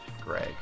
Greg